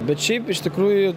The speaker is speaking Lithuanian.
bet šiaip iš tikrųjų